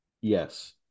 Yes